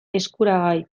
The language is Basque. eskuragai